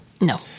No